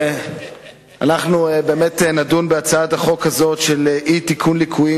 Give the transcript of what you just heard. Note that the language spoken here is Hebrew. אנחנו באמת נדון בהצעת החוק הזאת של אי-תיקון ליקויים